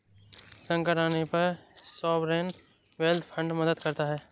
संकट आने पर सॉवरेन वेल्थ फंड मदद करता है